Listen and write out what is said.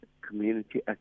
community